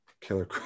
killer